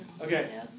Okay